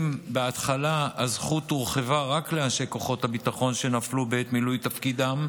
אם בהתחלה הזכות הורחבה רק לאנשי כוחות הביטחון שנפלו בעת מילוי תפקידם,